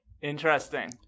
Interesting